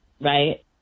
right